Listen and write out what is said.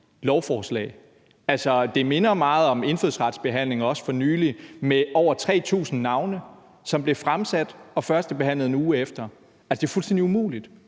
lovforslag. Altså, det minder meget om indfødsretsbehandlingen, også for nylig, med over 3.000 navne, som blev fremsat og førstebehandlet en uge efter. Altså, det er fuldstændig umuligt